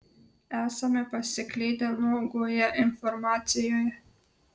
esame pasiklydę nuogoje informacijoje